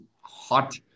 hot